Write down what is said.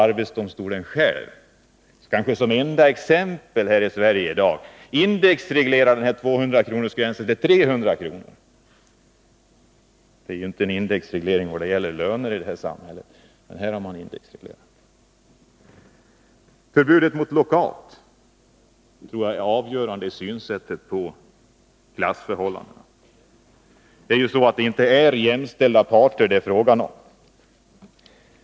Arbetsdomstolen har nu skärpt skadeståndet genom indexreglering, så att 200-kronorsgränsen höjts till 300 kr. — kanske det enda exemplet härpå i dagens Sverige. Vi har inte någon indexreglering av löner i vårt samhälle, men här har man indexreglerat. Förbudet mot lockout tror jag kan ses som ett avgörande exempel på synen på klassförhållandena. Det är ju inte fråga om jämställda parter.